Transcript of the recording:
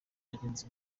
bagenzi